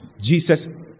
Jesus